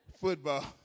football